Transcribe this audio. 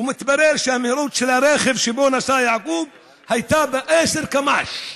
ומתברר שהמהירות של הרכב שבו נסע יעקב הייתה 10 קמ"ש.